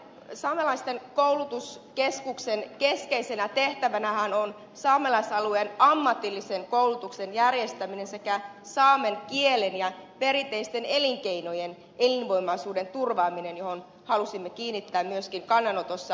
tämän saamelaisalueen koulutuskeskuksen keskeisenä tehtävänähän on saamelaisalueen ammatillisen koulutuksen järjestäminen sekä saamen kielen ja perinteisten elinkeinojen elinvoimaisuuden turvaaminen mihin halusimme kiinnittää myöskin kannanotossa sivistysvaliokunnassa huomiota